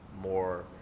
more